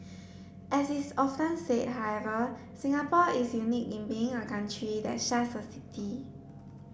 as is often said however Singapore is unique in being a country that's just a city